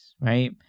right